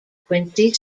quincy